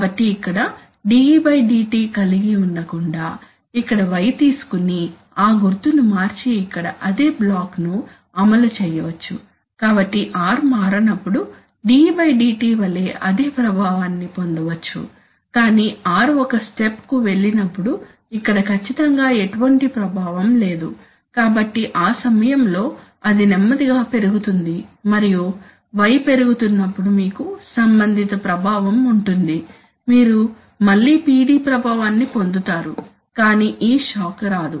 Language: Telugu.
కాబట్టి ఇక్కడ de dt కలిగి ఉండకుండా ఇక్కడ y తీసుకొని ఆ గుర్తును మార్చి ఇక్కడ అదే బ్లాక్ను అమలు చేయవచ్చు కాబట్టి R మారనప్పుడు de dt వలె అదే ప్రభావాన్ని పొంద వచ్చు కాని r ఒక స్టెప్ కు వెళ్ళినప్పుడు ఇక్కడ ఖచ్చితంగా ఎటువంటి ప్రభావం లేదు కాబట్టి ఆ సమయంలో అది నెమ్మదిగా పెరుగుతుంది మరియు Y పెరుగుతున్నప్పుడు మీకు సంబంధిత ప్రభావం ఉంటుంది మీరు మళ్ళీ PD ప్రభావాన్ని పొందుతారు కానీ ఈ షాక్ రాదు